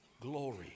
glory